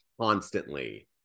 constantly